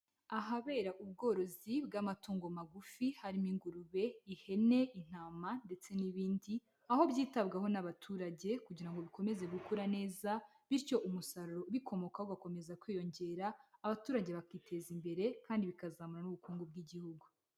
Ahabera ubworozi bw'amatongo magufi harimo ingurube, ihene, intama ndetse n'ibindi, aho byitabwaho n'abaturage kugira ngo bikomeze gukura neza, bityo umusaruro ubikomokaho ugakomeza kwiyongera, abaturage bakiteza imbere kandi bikazamura n'ubukungu bw'igihugu.